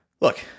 Look